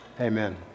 Amen